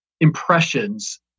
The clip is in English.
impressions